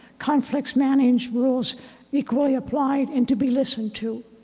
conflicts managed, rules equally applied and to be listened to.